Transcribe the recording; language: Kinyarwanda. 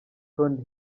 tony